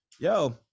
yo